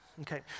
okay